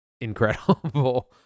incredible